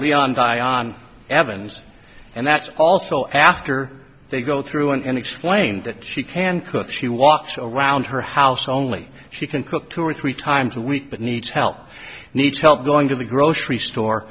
die on evans and that's also after they go through and explain that she can cook she walks around her house only she can cook two or three times a week but needs help needs help going to the grocery store